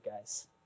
guys